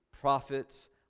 prophets